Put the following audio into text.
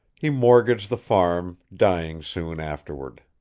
he mortgaged the farm, dying soon afterward.